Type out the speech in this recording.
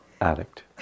addict